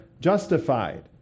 justified